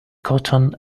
cotton